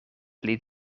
pli